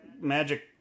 magic